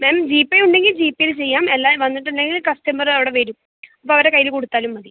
മാം G Pay ഉണ്ടെങ്കിൽ G പേയിൽ ചെയ്യാം അല്ലെ വന്നിട്ടുണ്ടെങ്കിൽ കസ്റ്റമർ അവിടെ വരും അപ്പം അവരുടെ കയ്യിൽ കൊടുത്താലും മതി